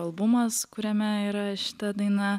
albumas kuriame yra šita daina